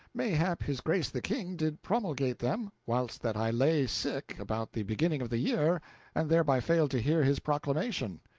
mayhap his grace the king did promulgate them whilst that i lay sick about the beginning of the year and thereby failed to hear his proclamation.